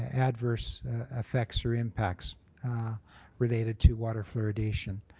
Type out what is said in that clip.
adverse effects or impacts related to water fluoridation.